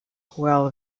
well